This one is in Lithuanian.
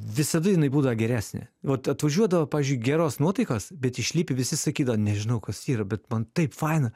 visada jinai būdavo geresnė vat atvažiuodavo pavyzdžiui geros nuotaikos bet išlipę visi sakydavo nežinau kas yra bet man taip faina